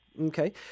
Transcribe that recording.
Okay